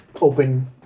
open